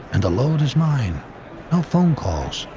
and the load is mine no phone calls,